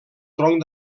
tronc